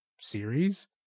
series